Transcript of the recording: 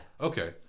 Okay